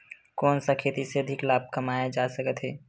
कोन सा खेती से अधिक लाभ कमाय जा सकत हे?